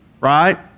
right